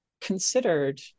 considered